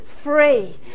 free